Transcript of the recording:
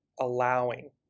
allowing